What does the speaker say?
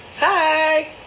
Hi